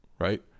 right